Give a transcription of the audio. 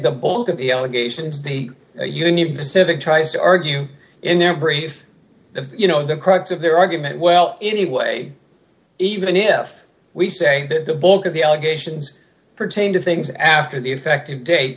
the bulk of the allegations the union pacific tries to argue in their brief you know the crux of their argument well anyway even if we say that the bulk of the allegations pertain to things after the effective da